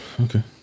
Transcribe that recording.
Okay